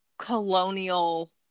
colonial